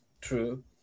true